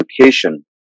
education